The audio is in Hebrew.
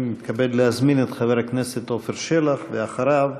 אני מתכבד להזמין את חבר הכנסת עפר שלח, ואחריו,